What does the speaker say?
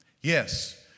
Yes